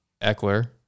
Eckler